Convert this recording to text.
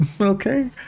Okay